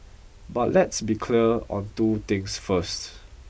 but let's be clear on two things first